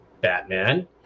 Batman